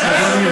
זה מינוף.